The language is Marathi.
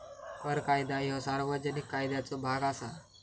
कर कायदा ह्या सार्वजनिक कायद्याचो भाग असा